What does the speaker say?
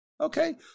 Okay